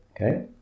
okay